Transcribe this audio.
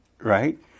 right